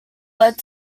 led